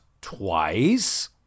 twice